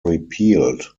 repealed